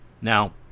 Now